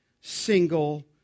single